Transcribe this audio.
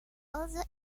also